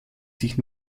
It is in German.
sich